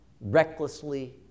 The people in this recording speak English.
recklessly